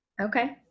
Okay